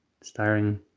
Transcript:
starring